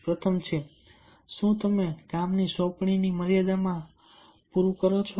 પ્રથમ છે શું તમે કામ સોંપણીની સમયમર્યાદા પુરુ કરો છો